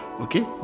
okay